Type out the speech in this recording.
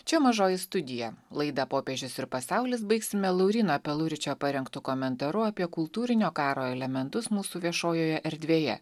čia mažoji studija laida popiežius ir pasaulis baigsime lauryno peluričio parengtu komentaru apie kultūrinio karo elementus mūsų viešojoje erdvėje